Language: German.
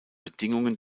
bedingungen